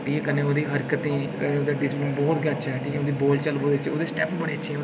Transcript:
ते कन्नै ओह्दी हरकतें ओह्दा डिसिपलन बहुत गै अच्छा ऐ ठीक ऐ उं'दी बोलचाल बहुत अच्छी ऐ ओह्दे स्टैप्प बड़े अच्छे न